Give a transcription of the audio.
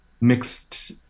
mixed